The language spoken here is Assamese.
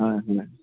হয় হয়